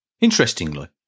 Interestingly